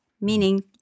meaning